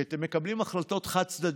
כי אתם מקבלים החלטות חד-צדדיות,